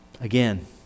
Again